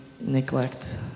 neglect